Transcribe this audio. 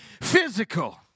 physical